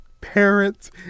parents